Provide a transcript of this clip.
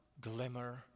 glimmer